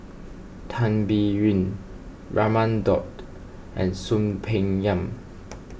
Tan Biyun Raman Daud and Soon Peng Yam